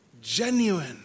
genuine